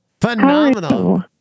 Phenomenal